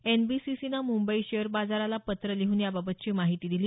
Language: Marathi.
एनबीसीसीनं मुंबई शेअर बाजाराला पत्र लिहून याबाबतची माहिती दिली